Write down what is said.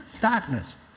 darkness